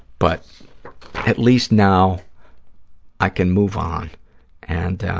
but at least now i can move on and,